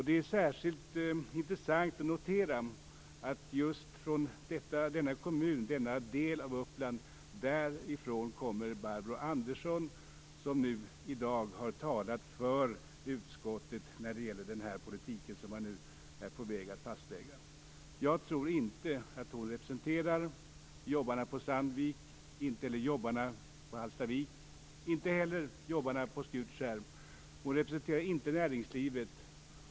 Det särskilt intressant att notera att just från denna kommun, denna del av Uppland, kommer Barbro Anderson, som här i dag har talat för utskottet när det gäller den politik som man nu är på väg att fastlägga. Jag tror inte att hon representerar jobbarna på Sandvik, inte heller jobbarna på Hallstavik och inte heller jobbarna på Skutskär. Hon representerar inte näringslivet.